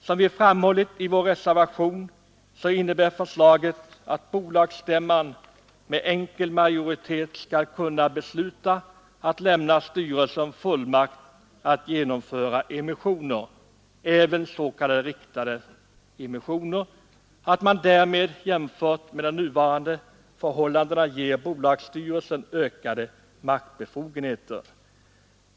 Som vi framhållit i vår reservation innebär förslaget att bolagsstämman med enkel majoritet skall kunna besluta att lämna styrelsen fullmakt att Nr 99 genomföra emissioner, även s.k. riktade emissioner, och att man därmed Torsdagen den — jämfört med nuvarande förhållanden — ger bolagsstyrelsen ökade 24 maj 1973 maktbefogenheter.